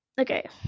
okay